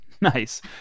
Nice